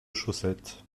chaussettes